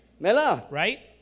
right